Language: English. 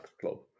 club